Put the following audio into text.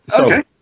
okay